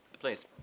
Please